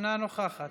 אינה נוכחת,